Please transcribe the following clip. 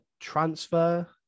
transfer